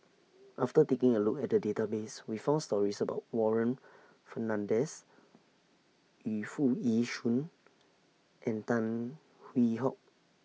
after taking A Look At The Database We found stories about Warren Fernandez Yu Foo Yee Shoon and Tan Hwee Hock